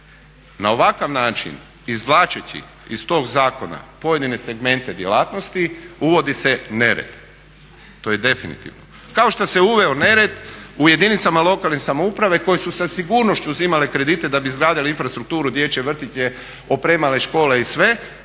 Na ovakav način izvlačeći iz tog zakona pojedine segmente djelatnosti uvodi se nered. To je definitivno. Kao što se uveo nered u jedinicama lokalne samouprave koje su sa sigurnošću uzimale kredite da bi izgradile infrastrukturu, dječje vrtiće, opremale škole i sve,